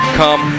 come